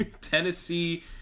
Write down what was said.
Tennessee